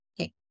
Okay